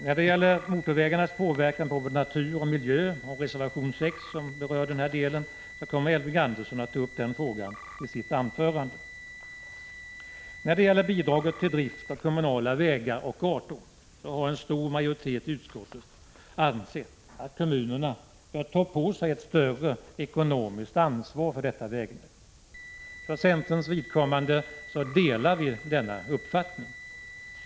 När det gäller motorvägarnas påverkan på vår natur och miljö — detta berörs i reservation nr 6 — kommer Elving Andersson att ta upp den frågan i sitt anförande. Då det gäller bidraget till drift av kommunala vägar och gator så har en stor majoritet i utskottet ansett att kommunerna bör ta på sig ett större ekonomiskt ansvar för detta vägnät. För centerns vidkommande delar vi denna uppfattning.